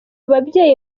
babyeyi